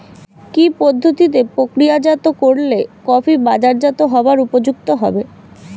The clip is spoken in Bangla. কি পদ্ধতিতে প্রক্রিয়াজাত করলে কফি বাজারজাত হবার উপযুক্ত হবে?